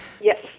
Yes